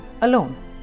alone